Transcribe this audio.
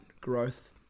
growth